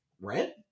Red